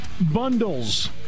bundles